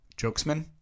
Jokesman